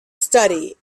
study